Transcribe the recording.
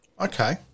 Okay